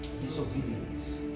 disobedience